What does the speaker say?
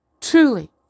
truly